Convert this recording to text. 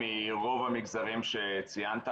מרוב המגזרים שציינת,